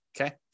okay